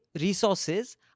resources